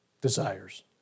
desires